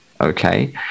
okay